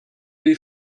des